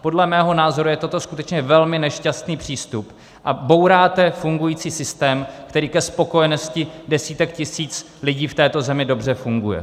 Podle mého názoru je toto skutečně velmi nešťastný přístup a bouráte fungující systém, který ke spokojenosti desítek tisíc lidí v této zemi dobře funguje.